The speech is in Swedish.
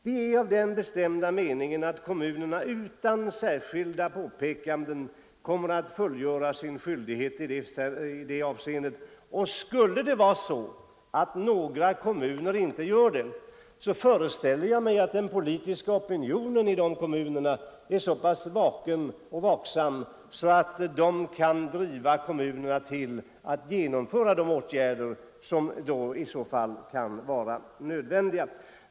Vi är av den bestämda meningen att kommunerna utan särskilda påpekanden kommer att fullgöra sina skyldigheter i det avseendet. Skulle det vara så att några kommuner inte gör det, föreställer jag mig att den politiska opinionen i de kommunerna är så pass vaksam att den kan driva kommunerna till att genomföra de åtgärder som kan vara nödvändiga.